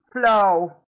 flow